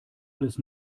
alles